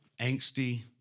angsty